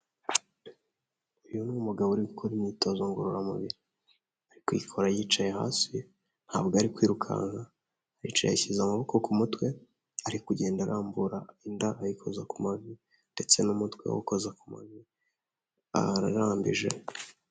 Uyu ni umugabo uri gukora imyitozo ngororamubiri ari kuyikora yicaye hasi ntabwo ari kwirukanka, aricaye yashyize amaboko ku mutwe, ari kugenda arambura inda ayikoza ku mavi ndetse n'umutwe awukoza ku mavi ahari arambije.